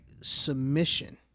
submission